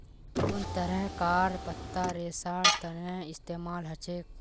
कुन तरहकार पत्ता रेशार तने इस्तेमाल हछेक